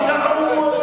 כי ככה הוא.